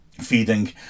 feeding